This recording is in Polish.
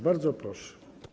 Bardzo proszę.